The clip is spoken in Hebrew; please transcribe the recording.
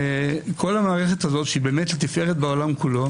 כל המערכת הזאת שהיא תפארת בעולם כולו